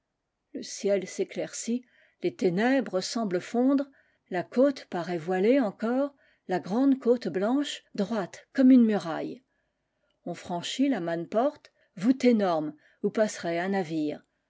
le ciel s'éclaircit les ténèbres semblent fondre la cote paraît voilée encore la grande cote blanche droite comme une muraille on franchit la manne porte voûte énorme où passerait un navire